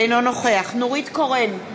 אינו נוכח נורית קורן,